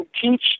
teach